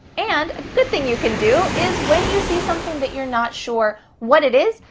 and a good thing you can do is when you see something that you're not sure what it is,